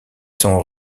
sont